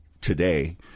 today